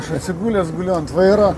aš atsigulęs guliu ant vairo